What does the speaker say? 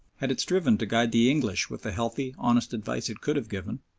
had it striven to guide the english with the healthy, honest advice it could have given,